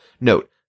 Note